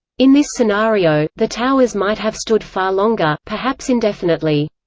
in this scenario, the towers might have stood far longer, perhaps indefinitely.